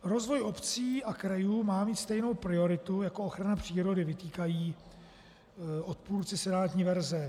Rozvoj obcí a krajů má mít stejnou prioritu jako ochrana přírody, vytýkají odpůrci senátní verze.